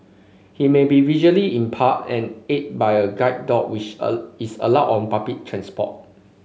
he may be visually impaired and aided by a guide dog which is allowed on public transport